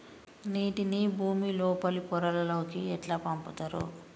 నీటిని భుమి లోపలి పొరలలోకి ఎట్లా పంపుతరు?